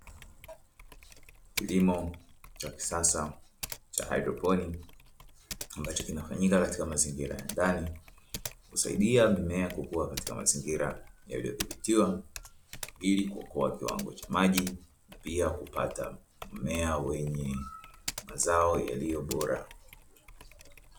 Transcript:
Kilimo cha kisasa cha haidroponi ambacho kinafanyika katika mazingira ya ndani husaidia mimea kukua katika mazingira yaliyothibitiwa ili kuokoa kiwango cha maji na pia kupata mmea wenye mazao yaliyo bora.